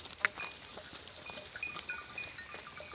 ಕಾಯಿಪಲ್ಯ ಬೆಳಿಯಾಕ ಯಾವ ಟೈಪ್ ನೇರಾವರಿ ಪಾಡ್ರೇ?